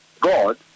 God